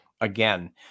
again